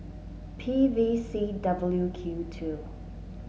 P V C W Q two